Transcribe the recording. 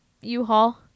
u-haul